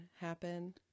happen